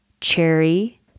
cherry